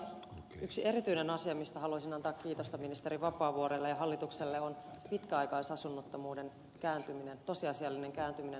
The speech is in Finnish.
yksi erityinen asia mistä haluaisin antaa kiitosta ministeri vapaavuorelle ja hallitukselle on pitkäaikaisasunnottomuuden tosiasiallinen kääntyminen laskuun